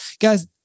guys